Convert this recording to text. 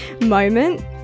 moment